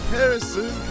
Harrison